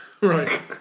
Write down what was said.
Right